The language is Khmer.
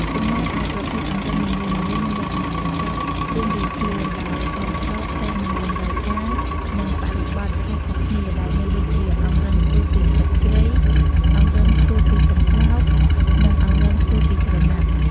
ចំណែកឯប្រភេទអង្រឹងនីមួយៗមានលក្ខណៈពិសេសរៀងៗខ្លួន ដែលសមស្របទៅនឹងតម្រូវការ និងបរិបទខុសៗគ្នា ដែលមានដូចជា អង្រឹងធ្វើពីស្លឹកជ្រៃ អង្រឹងធ្វើពីកំប្លោក និងអង្រឹងធ្វើពីក្រណាត់។